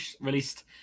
released